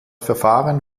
verfahren